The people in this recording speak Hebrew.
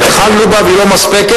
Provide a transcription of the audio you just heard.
התחלנו בה והיא לא מספקת,